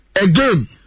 again